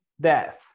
death